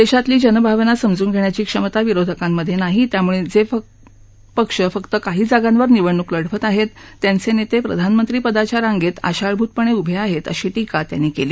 देशातली जनभावना समजून घेण्याची क्षमता विरोधकांमधे नाही त्यामुळे जे पक्ष फक्त काही जागांवर निवडणूक लढवत आहेत त्यांचे नेते प्रधानमंत्री पदाच्या रांगेत आशाळभूतपणे उभे आहेत अशी टीका मोदी यांनी केली